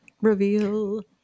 reveal